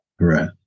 Right